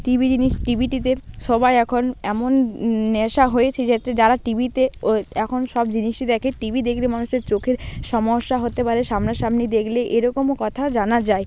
TV জিনিস টিভিটিতে সবাই এখন এমন নেশা হয়েছে যাতে যারা টিভিতে ও এখন সব জিনিসই দেখে টিভি দেখলে মানুষের চোখের সমস্যা হতে পারে সামনাসামনি দেখলে এরকমও কথা জানা যায়